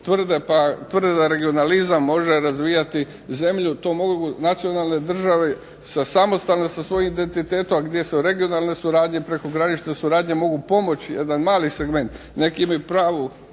tvrde da regionalizam može razvijati zemlju. To mogu nacionalne države samostalne sa svojim identitetom gdje regionalne suradnje, prekogranične suradnje mogu pomoći, jedan mali segment. Neki imaju